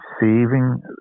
receiving